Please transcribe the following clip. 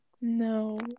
No